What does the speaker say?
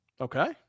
Okay